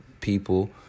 people